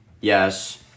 Yes